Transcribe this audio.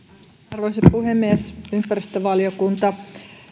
arvoisa puhemies ympäristövaliokunta